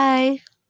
Bye